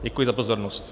Děkuji za pozornost.